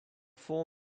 four